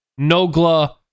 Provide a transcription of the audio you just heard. Nogla